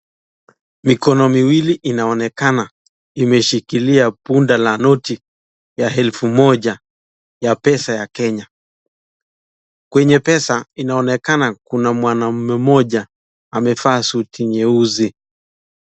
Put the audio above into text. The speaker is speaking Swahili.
Mikono miwili inaonekana imeshikilia bunda la noti ya elfu moja ya pesa ya kenya. Kwenye pesa inaonekana kuna mwanamume mmoja amevaa suti nyeusi.